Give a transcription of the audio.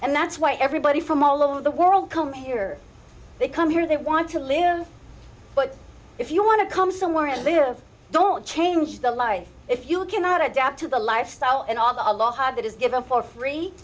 and that's why everybody from all over the world come here they come here they want to live but if you want to come somewhere and there don't change the life if you cannot adapt to the lifestyle and all the law that is given for free